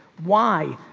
why?